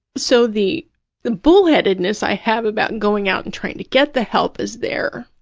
so, the the bullheadedness i have about going out and trying to get the help is there,